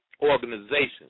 organizations